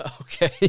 Okay